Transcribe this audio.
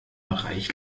bereich